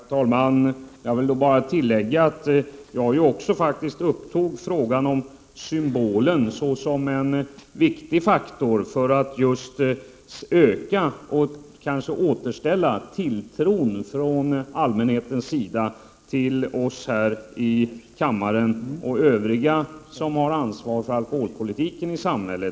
Herr talman! Jag vill bara påpeka att jag också tog upp frågan om symbolhandlingen som en viktig faktor för att just öka och kanske återställa tilltron från allmänhetens sida till oss här i kammaren och till övriga som har ansvar för alkoholpolitiken i samhället.